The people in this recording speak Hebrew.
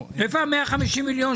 איפה ה-150 מיליון?